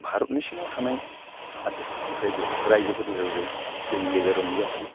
भारतनि सिङाव थानाय हादोदफोरनिफ्रायबो रायजोफोरनिफ्रायबो जोंनि गेजेराव नुजाफैयो